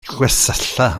gwersylla